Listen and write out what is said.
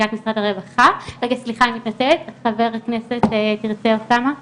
לחבר הכנסת סמי אבושחאדה,